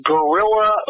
Gorilla